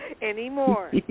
anymore